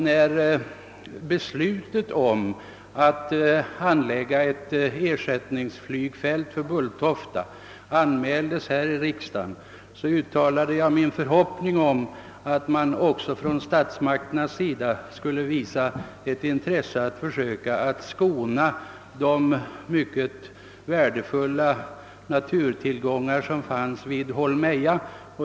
När beslutet att anlägga ett ersättningsflygfält för Bulltofta anmäldes här i riksdagen, uttalade jag min förhoppning om att statsmakterna skulle visa intresse av att försöka skona de mycket värdefulla naturtillgångar som finns vid Holmeja.